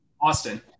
Austin